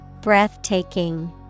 Breathtaking